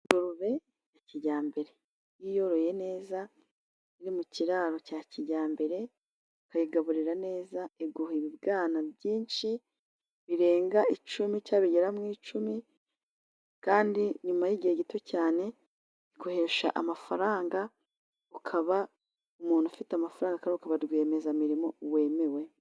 Ingurube ya kijyambere, iyo uyiyoroye neza iri mu kiraro cya kijyambere, ukuyigaburira neza, iguha ibibwana byinshi birenga icumi cyangwa bigera mu icumi kandi nyuma y'igihe gito cyane iguhesha amafaranga ukaba umuntu ufite amafaranga ukaba rwiyemezamirimo wemewe.